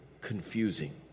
confusing